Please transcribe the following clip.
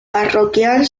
parroquial